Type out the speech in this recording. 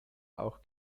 auch